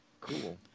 Cool